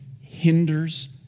hinders